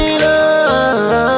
love